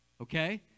Okay